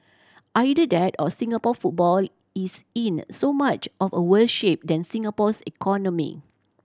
either that or Singapore football is in so much of a worse shape than Singapore's economy